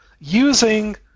using